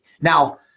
Now